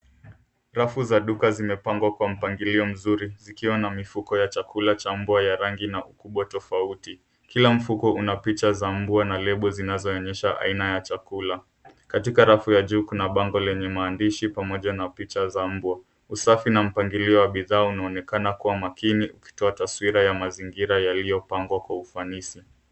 Rafu za duka zimepangwa kwa mpangilio mzuri zikiwa na mifuko ya chakula cha umbwa ya rangi na ukubwa tofauti. Kila mfuko una picha za mbwa na label zinazoonyesha aina ya chakula. Katika rafu ya juu kuna bango lenye maandishi pamoja na picha za mbwa. Usafi na mpangalio wa mazingira unaonekana kuwa makini ukitoa taswira ya mazingira yaliyopangwa kwa ufanisi.